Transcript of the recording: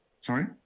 sorry